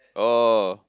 oh